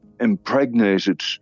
impregnated